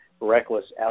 reckless